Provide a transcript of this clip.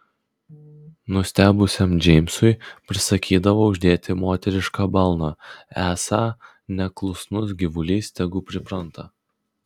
nustebusiam džeimsui prisakydavo uždėti moterišką balną esą neklusnus gyvulys tegu pripranta